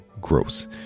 gross